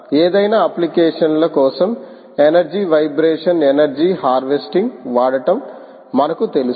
ఏదైనా అప్లికేషన్ ల కోసం ఎనర్జీ వైబ్రేషన్ ఎనర్జీ హార్వెస్టింగ్ వాడటం మనకు తెలుసు